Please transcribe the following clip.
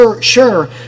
sure